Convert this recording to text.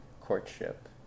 courtship